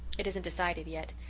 it isn't decided yet.